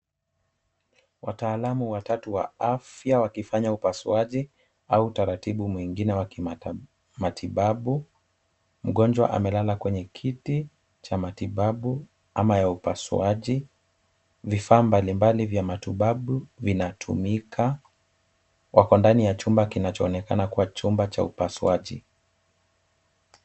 Wataalamu watatu wa afya wakifanya upasuaji au utaratibu mwingine wa matibabu. Mgonjwa amelala kwenye kiti cha matibabu ama ya upasuaji. Vifaa mbalimbali vya matibabu vinatumika. Wako ndani ya chumba kinachoonekana kuwa chumba cha upasuaji.